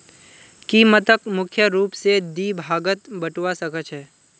कीमतक मुख्य रूप स दी भागत बटवा स ख छ